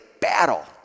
battle